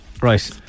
right